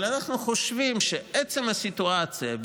אבל אנחנו חושבים שעצם הסיטואציה,